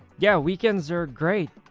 yeah weekends are great